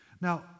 now